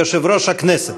יושב-ראש הכנסת.